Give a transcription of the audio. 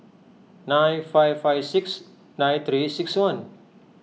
nine five five six nine three six one